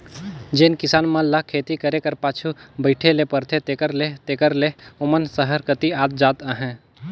जेन किसान मन ल खेती करे कर पाछू बइठे ले परथे तेकर ले तेकर ले ओमन सहर कती आत जात अहें